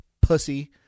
Pussy